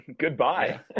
Goodbye